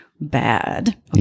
bad